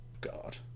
God